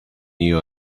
you